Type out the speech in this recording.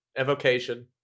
evocation